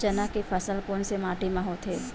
चना के फसल कोन से माटी मा होथे?